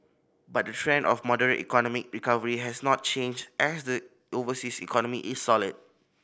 but the trend of moderate economic recovery has not changed as the overseas economy is solid